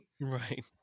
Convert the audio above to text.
Right